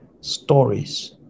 stories